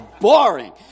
boring